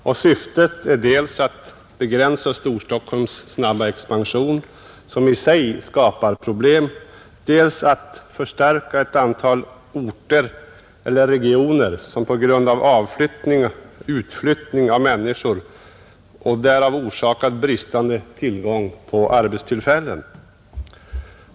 Syftet med utflyttningen är dels att begränsa Storstockholms snabba expansion, som i sig skapar problem, dels att förstärka ett antal orter eller regioner som har svårigheter på grund av utflyttning därifrån av människor, orsakad av bristande tillgång på arbetstillfällen.